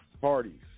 parties